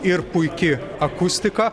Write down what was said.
ir puiki akustika